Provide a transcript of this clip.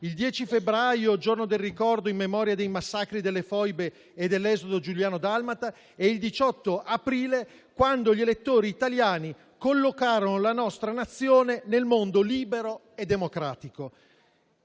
il 10 febbraio, Giorno del ricordo in memoria dei massacri delle foibe e dell'esodo giuliano-dalmata, e il 18 aprile, quando gli elettori italiani collocarono la nostra Nazione nel mondo libero e democratico;